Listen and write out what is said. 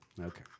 Okay